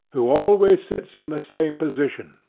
who always sits in the same position,